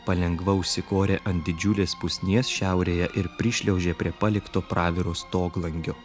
palengva užsikorė ant didžiulės pusnies šiaurėje ir prišliaužė prie palikto praviro stoglangio